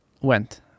went